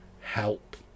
help